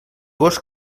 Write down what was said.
gos